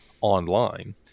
online